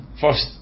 First